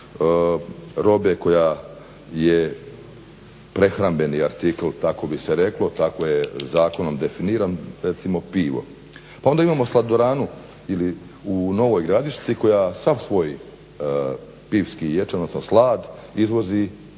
robe koja je prehrambeni artikl tako bi se reklo, tako je zakonom definiran recimo pivo. Pa onda imamo sladoranu u Novoj Gradišci koja svak svoj pivski ječam, odnosno slad izvozi